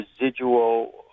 residual